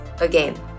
Again